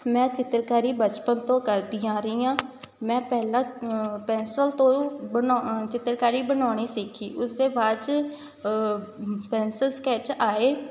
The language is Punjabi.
ਮੈਂ ਚਿੱਤਰਕਾਰੀ ਬਚਪਨ ਤੋਂ ਕਰਦੀ ਆ ਰਹੀ ਹਾਂ ਮੈਂ ਪਹਿਲਾਂ ਪੈਨਸਿਲ ਤੋਂ ਬਣਾ ਚਿੱਤਰਕਾਰੀ ਬਣਾਉਣੀ ਸਿੱਖੀ ਉਸਦੇ ਬਾਅਦ 'ਚ ਪੈਨਸਿਲ ਸਕੈੱਚ ਆਏ